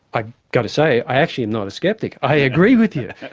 i've got to say i actually am not a sceptic, i agree with you,